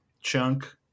chunk